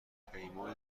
همپیمانی